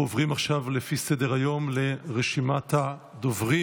אנחנו עוברים עכשיו לפי סדר-היום לרשימת הדוברים.